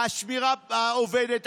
השמירה עובדת,